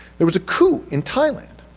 there was a coup in thailand.